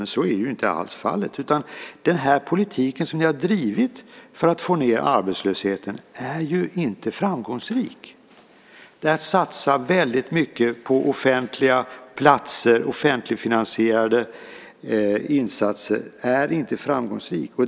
Men så är inte alls fallet, utan den politik som ni har drivit för att få ned arbetslösheten är ju inte framgångsrik. Man satsar väldigt mycket på offentliga platser och offentligfinansierade insatser, och det är inte framgångsrikt.